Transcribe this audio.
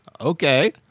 Okay